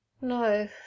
No